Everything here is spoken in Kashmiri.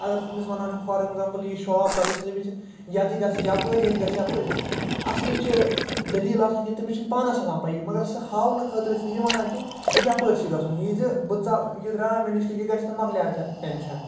اگر ژٕ تٔمِس ونان چھُکھ فار اٮ۪گزامپل یہِ شاپ کَتِتھۍ چھُ سُہ دٔپے ژےٚ یَتی گژھ یَپٲرۍ ییٚتہِ گژھ یَپٲرۍ اصٕلی چھِ دلیٖل آسان کہ تٔمِس چھِنہٕ پانَس آسان پَیی مگر سٔہ ہاونہٕ خٲطرٕ چھِ سٔہ یہِ وَنان کہِ یَپٲرۍ چھِ گژھُن یہِ زِ بہٕ ژَل یہِ دراو مےٚ نِش تہِ یہِ گژھِ تہٕ مَکلیو ٹینشَن